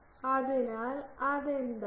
അതിനാൽ അതെന്താണ്